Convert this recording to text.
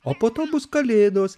o po to bus kalėdos